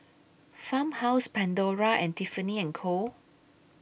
Farmhouse Pandora and Tiffany and Co